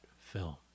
film